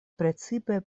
precipe